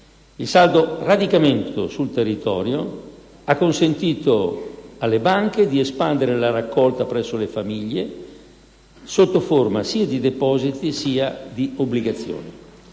Il saldo radicamento sul territorio ha consentito alle banche di espandere la raccolta presso le famiglie, sotto forma sia di depositi sia di obbligazioni.